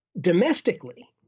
Domestically